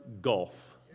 Gulf